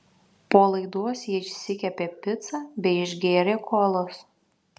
po laidos jie išsikepė picą bei išgėrė kolos